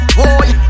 boy